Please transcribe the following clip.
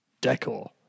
decor